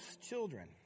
children